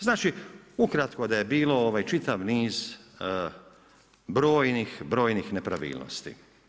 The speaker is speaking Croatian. Znači, ukratko da je bilo čitav niz brojnih, brojnih nepravilnosti.